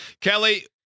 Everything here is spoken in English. Kelly